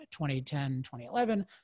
2010-2011